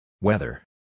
Weather